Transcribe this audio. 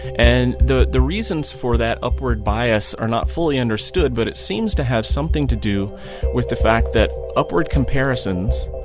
and the the reasons for that upward bias are not fully understood, but it seems to have something to do with the fact that upward comparisons,